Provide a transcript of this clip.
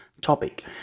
topic